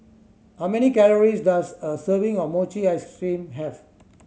how many calories does a serving of mochi ice cream have